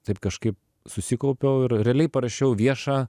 taip kažkai susikaupiau ir realiai parašiau viešą